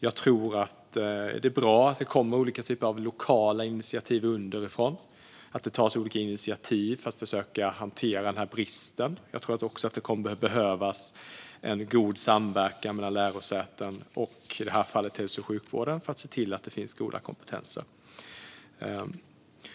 Jag tror att det är bra att det kommer olika typer av lokala initiativ underifrån och att det tas olika initiativ för att försöka hantera denna brist. Jag tror också att det kommer att behövas en god samverkan mellan lärosäten och i detta fall hälso och sjukvården för att se till att det finns goda kompetenser.